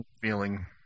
Feeling